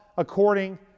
according